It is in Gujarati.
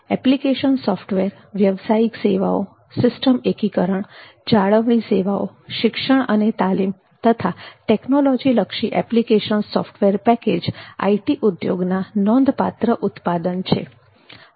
એપ્લિકેશન સોફ્ટવેર વ્યાવસાયિક સેવાઓ સિસ્ટમ એકીકરણ જાળવણી સેવાઓ શિક્ષણ અને તાલીમ તથા ટેકનોલોજી લક્ષી એપ્લિકેશન સોફ્ટવેર પેકેજ આઈટી ઉદ્યોગના નોંધપાત્ર ઉત્પાદન છે